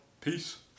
peace